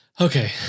Okay